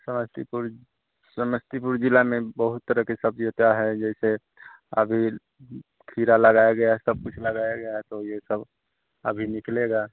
समस्तीपुर समस्तीपुर ज़िले में बहुत तरह की सब्ज़ी होती है जैसे अभी खीरा लगाया गया है सब कुछ लगाया गया है तो ये सब अभी निकलेगा